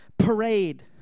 parade